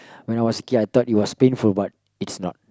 when I was a kid I thought it was painful but it's not